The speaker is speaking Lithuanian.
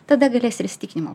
tada galės ir įsitikinimo